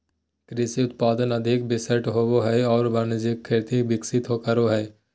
कृषि उत्पादन अधिक विशिष्ट होबो हइ और वाणिज्यिक खेती विकसित करो हइ